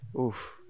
Oof